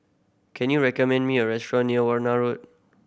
can you recommend me a restaurant near Warna Road